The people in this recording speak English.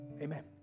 Amen